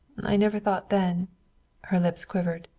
i never thought then her lips quivered.